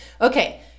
Okay